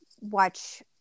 watch